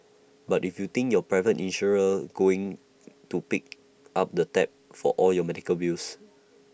but if you think your private insurer's going to pick up the tab for all your medical bills